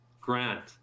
Grant